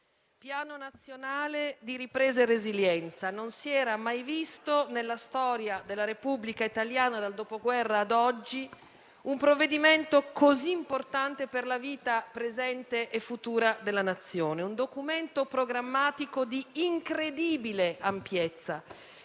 Piano nazionale di ripresa e resilienza: non si era mai visto nella storia della Repubblica italiana - dal Dopoguerra a oggi - un provvedimento così importante per la vita presente e futura della Nazione. Un documento programmatico di incredibile ampiezza,